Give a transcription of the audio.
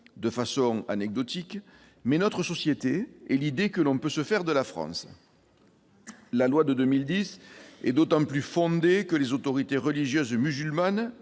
de façon anecdotique, mais notre société tout entière et l'idée que l'on peut se faire de la France. Cette loi est d'autant plus fondée que les autorités religieuses musulmanes,